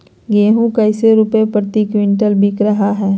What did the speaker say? गेंहू कैसे रुपए प्रति क्विंटल बिक रहा है?